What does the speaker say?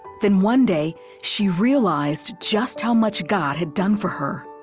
then one day she realized just how much god had done for her.